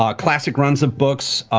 um classic runs of books,